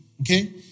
Okay